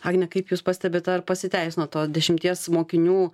agne kaip jūs pastebit ar pasiteisino to dešimties mokinių